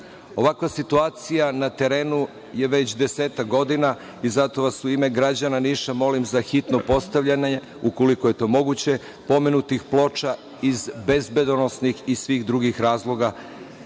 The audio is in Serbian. Ovakva situacija na terenu je već desetak godina i zato vas, u ime građana Niša, molim za hitno postavljanje, ukoliko je to moguće, pomenutih ploča iz bezbedonosnih i svih drugih razloga.